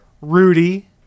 Rudy